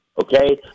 Okay